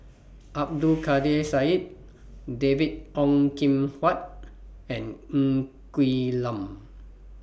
Abdul Kadir Syed David Ong Kim Huat and Ng Quee Lam